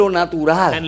natural